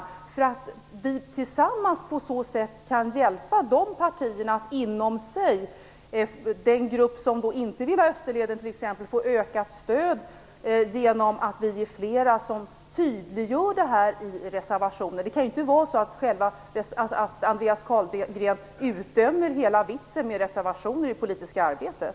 Genom att vi på så sätt blir fler som tydliggör exempelvis vårt motstånd mot Österleden kan vi tillsammans ge ökat stöd till de grupper inom dessa partier som inte vill ha den. Det kan ju inte vara så att Andreas Carlgren helt och hållet utdömer förekomsten av reservationer i det politiska arbetet.